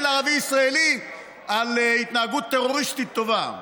ערבי ישראלי על התנהגות טרוריסטית טובה.